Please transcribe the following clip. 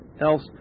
Else